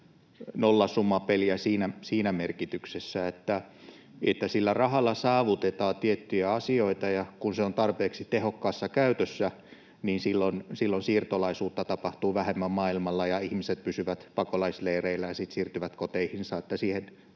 nollasummapeliä siinä merkityksessä, että rahalla saavutetaan tiettyjä asioita ja kun se on tarpeeksi tehokkaassa käytössä, niin silloin siirtolaisuutta tapahtuu vähemmän maailmalla ja ihmiset pysyvät pakolaisleireillä ja sitten siirtyvät koteihinsa — niin